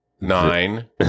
Nine